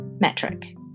metric